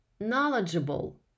knowledgeable